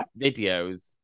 videos